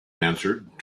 answered